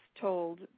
told